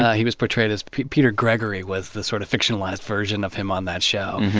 he was portrayed as peter gregory was the sort of fictionalized version of him on that show.